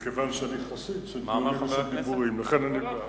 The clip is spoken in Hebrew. מכיוון שאני חסיד של דיונים ושל דיבורים, אני בעד.